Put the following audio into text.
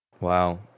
Wow